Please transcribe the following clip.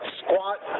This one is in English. squat